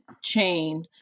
chain